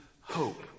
hope